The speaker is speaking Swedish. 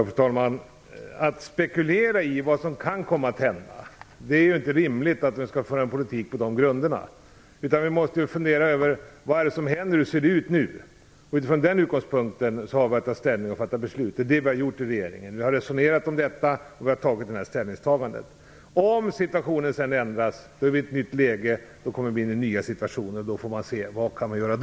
Fru talman! Att spekulera i vad som kan komma att hända och att föra en politik på den grunden är inte rimligt. Vi måste fundera över vad det är som händer och hur det nu ser ut. Från den utgångspunkten har vi att ta ställning och att fatta beslut. Det är det som vi har gjort i regeringen. Vi har resonerat om detta och gjort vårt ställningstagande. Om situationen sedan ändras har vi ett nytt läge och kommer därmed in i en ny situation där vi får se vad vi då kan göra.